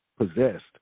Possessed